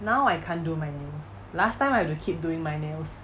now I can't do my nails last time I will keep doing my nails